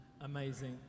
Amazing